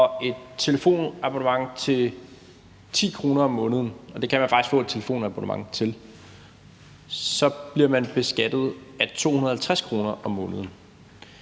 og et telefonabonnement til 10 kr. om måneden – det kan man faktisk få et telefonabonnement til – så bliver man beskattet af 250 kr. om måneden.